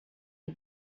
die